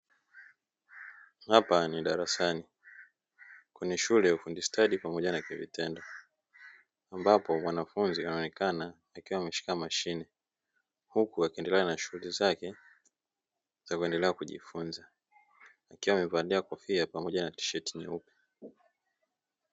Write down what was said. Hapa ni darasani kwenye shule ya ufundi stadi pamoja na kwa vitendo ambapo mwanafunzi anaonekana akiwa ameshika mashine, huku akiendelea na shughuli zake kuendelea kujifunza akiwa amevalia kofia pamoja na tisheti nyeupe.